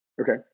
Okay